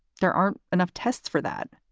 there aren't enough tests for that.